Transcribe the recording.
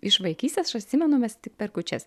iš vaikystės aš atsimenu mes tik per kūčias